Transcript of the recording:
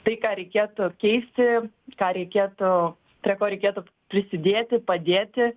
tai ką reikėtų keisti ką reikėtų prie ko reikėtų prisidėti padėti